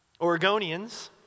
Oregonians